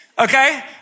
Okay